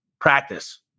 Practice